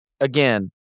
again